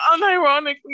unironically